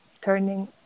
turning